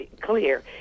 clear